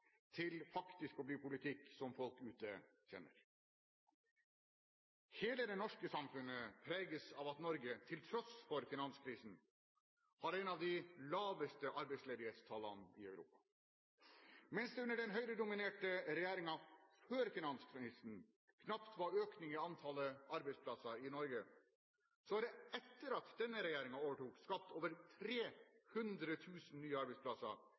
til faktisk å bli politikk som folk ute kjenner?». Hele det norske samfunnet preges av at Norge, til tross for finanskrisen, har et av de laveste arbeidsledighetstallene i Europa. Mens det under den Høyre-dominerte regjeringen før finanskrisen knapt var økning i antallet arbeidsplasser i Norge, er det etter at denne regjeringen overtok skapt over 300 000 nye arbeidsplasser,